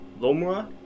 Lomra